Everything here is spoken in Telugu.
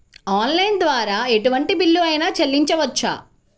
ఆన్లైన్ ద్వారా ఎటువంటి బిల్లు అయినా చెల్లించవచ్చా?